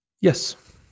Yes